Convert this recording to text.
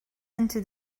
into